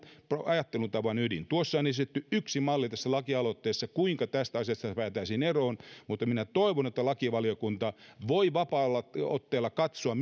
ajattelutavan ydin tässä lakialoitteessa on esitetty yksi malli kuinka tästä asiasta päästäisiin eroon mutta toivon että lakivaliokunta voi vapaalla otteella katsoa